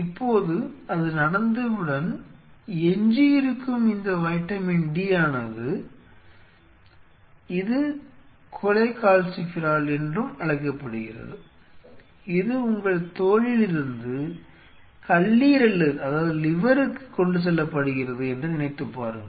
இப்போது அது நடந்தவுடன் எஞ்சியிருக்கும் இந்த வைட்டமின் டி ஆனது இது கொலெகால்சிஃபெரால் என்றும் அழைக்கப்படுகிறது இது உங்கள் தோலில் இருந்து கல்லீரலுக்கு கொண்டு செல்லப்படுகிறது என நினைத்துப் பாருங்கள்